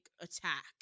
attack